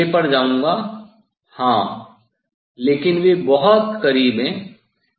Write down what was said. मैं अगले पर जाऊंगा हां लेकिन वे बहुत करीब हैं